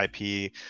IP